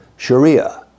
Sharia